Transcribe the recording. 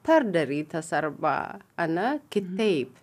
perdarytas arba ane kitaip